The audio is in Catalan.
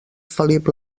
felip